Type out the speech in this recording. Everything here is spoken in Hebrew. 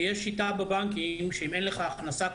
יש שיטה בבנקים שאם אין לך הכנסה קבועה,